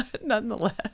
nonetheless